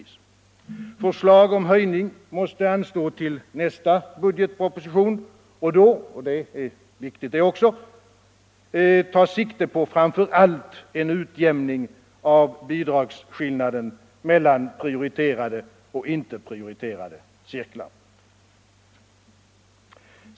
— utan förslaget om höjning måste anstå till nästa budgetproposition och då, det är också viktigt, ta sikte på framför allt en utjämning av bidragsskillnaden mellan prioriterade och inte prioriterade cirklar.